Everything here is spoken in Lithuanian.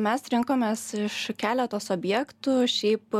mes rinkomės iš keleto subjektų šiaip